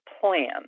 plan